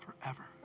forever